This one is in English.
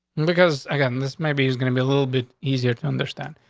because again, this maybe he's gonna be a little bit easier to understand.